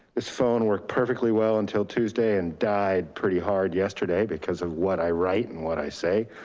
this phone worked perfectly well until tuesday and died pretty hard yesterday because of what i write and what i say.